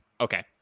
Okay